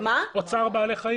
אוצר בעלי חיים